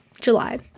July